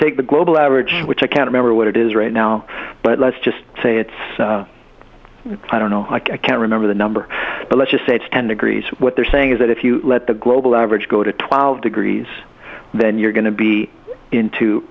take the global average which i can't remember what it is right now but let's just say it's i don't know i can't remember the number but let's just say it's ten degrees what they're saying is that if you let the global average go to twelve degrees then you're going to be into